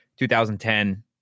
2010